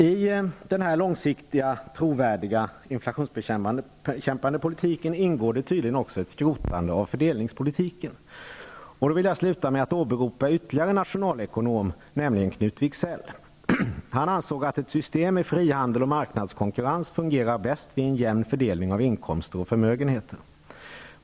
I den långsiktigt trovärdiga inflationsbekämpande politiken ingår tydligen också ett skrotande av fördelningspolitiken. Jag vill avsluta med att åberopa ytterligare en nationalekonom, nämligen Knut Wicksell. Han ansåg att ett system med frihandel och marknadskonkurrens fungerar bäst vid en jämn fördelning av inkomster och förmögenheter.